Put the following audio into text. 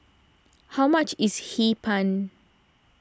how much is Hee Pan